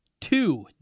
Two